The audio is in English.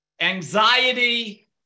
anxiety